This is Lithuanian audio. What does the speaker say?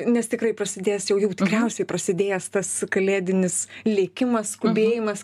nes tikrai prasidės jau jau tikriausiai prasidėjęs tas kalėdinis lėkimas skubėjimas